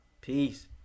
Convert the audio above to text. Peace